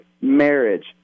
marriage